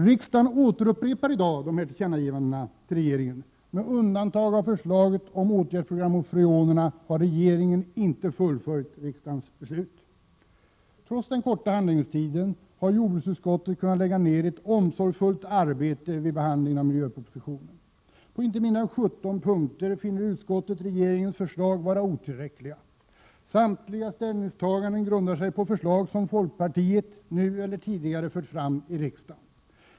Riksdagen upprepar i dag dessa tillkännagivanden till regeringen. Med undantag av förslaget om åtgärdsprogram mot freoner har regeringen inte fullföljt riksdagens beslut. Trots den korta handläggningstiden har jordbruksutskottet kunnat lägga ned ett omsorgsfullt arbete vid behandlingen av miljöpropositionen. På inte mindre än 17 områden finner utskottet regeringens förslag vara otillräckliga. Samtliga ställningstaganden grundar sig på förslag som folkpartiet, nu eller tidigare, fört fram i riksdagen.